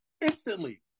instantly